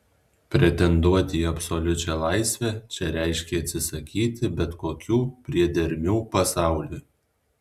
pretenduoti į absoliučią laisvę čia reiškė atsisakyti bet kokių priedermių pasauliui